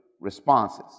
responses